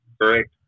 correct